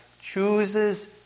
chooses